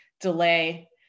delay